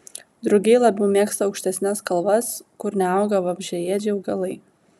drugiai labiau mėgsta aukštesnes kalvas kur neauga vabzdžiaėdžiai augalai